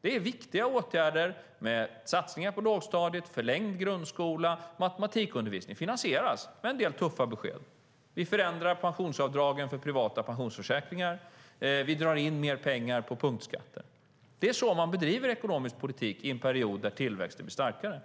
Det är viktiga åtgärder med satsningar på lågstadiet, förlängd grundskola och matematikundervisning som finansieras med en del tuffa besked. Vi förändrar pensionsavdragen för privata pensionsförsäkringar, och vi drar in mer pengar på punktskatter. Det är så man bedriver ekonomisk politik i en period där tillväxten blir starkare.